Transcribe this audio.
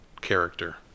character